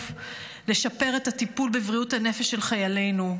לשפר את הטיפול בבריאות הנפש של חיילינו.